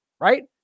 Right